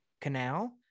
canal